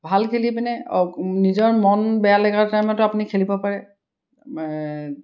ভাল খেলি পিনে নিজৰ মন বেয়া লগাৰ টাইমতো আপুনি খেলিব পাৰে